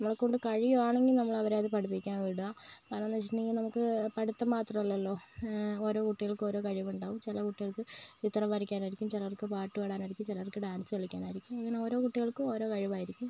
നമ്മളെക്കൊണ്ട് കഴിയുവാണെങ്കിൽ നമ്മളവരെ അത് പഠിപ്പിക്കാൻ വിടുക കാരണെമെന്താന്ന് വെച്ചിട്ടുണ്ടെങ്കിൽ നമുക്ക് പഠിത്തം മാത്രമല്ലല്ലൊ ഓരോ കുട്ടികൾക്ക് ഓരോ കഴിവുണ്ടാവും ചില കുട്ടികൾക്ക് ചിത്രം വരയ്ക്കാനായിരിക്കും ചിലർക്ക് പാട്ട് പാടാനായിരിക്കും ചിലർക്ക് ഡാൻസ് കളിക്കാനായിരിക്കും അങ്ങനെ ഓരോ കുട്ടികൾക്കും ഓരോ കഴിവായിരിക്കും